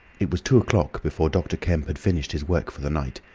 it was two o'clock before dr. kemp had finished his work for the night.